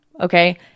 Okay